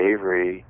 Avery